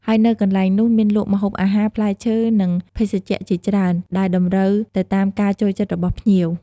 ហើយនៅកន្លែងនោះមានលក់ ម្ហូបអាហារ ផ្លែឈើ និងភេសជ្ជៈជាច្រើន ដែលតម្រូវទៅតាមការចូលចិត្តរបស់ភ្ញៀវ។